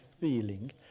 feeling